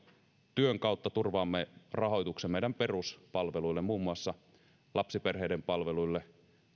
työn kautta turvaamme rahoituksen meidän peruspalveluillemme muun muassa lapsiperheiden palveluille